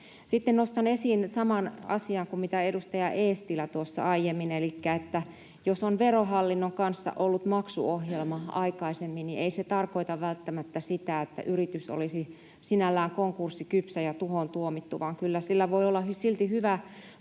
Sitten nostan esiin saman asian kuin edustaja Eestilä tuossa aiemmin elikkä sen, että jos on Verohallinnon kanssa ollut maksuohjelma aikaisemmin, niin ei se tarkoita välttämättä sitä, että yritys olisi sinällään konkurssikypsä ja tuhoon tuomittu, vaan kyllä sillä voi olla silti hyvä tulevaisuus